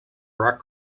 rock